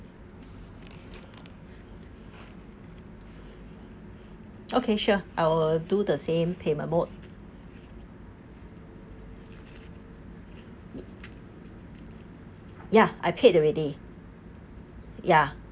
okay sure I'll do the same payment mode ya I paid already ya